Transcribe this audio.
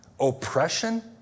oppression